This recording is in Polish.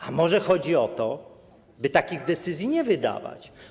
A może chodzi o to, by takich decyzji nie wydawać?